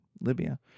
Libya